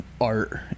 art